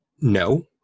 no